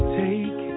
take